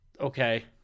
Okay